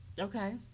Okay